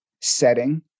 setting